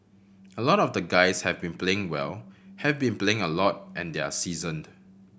a lot of the guys have been playing well have been playing a lot and they're seasoned